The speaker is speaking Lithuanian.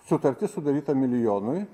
sutartis sudaryta milijonui